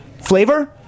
flavor